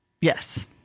Yes